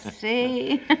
see